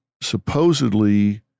supposedly